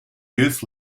youth